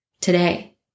today